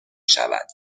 شود